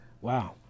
Wow